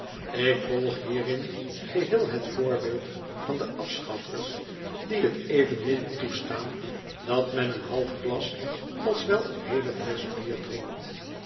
ik volg hierin geheel het voorbeeld van de afschaffers die het evenmin toestaan dat men een half glas als weleen heele flesch bier drinkt